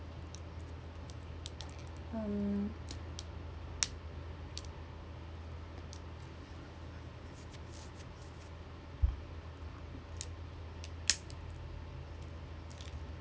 um